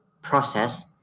Process